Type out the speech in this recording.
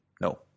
no